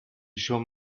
schon